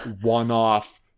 one-off